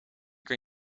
kan